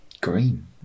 green